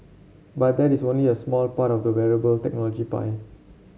but that is only a smart part of the wearable technology pie